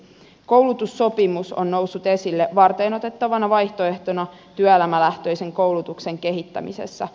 koulutussopimus on noussut esille varteenotettavana vaihtoehtona työelämälähtöisen koulutuksen kehittämisessä